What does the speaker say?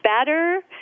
better